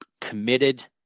committed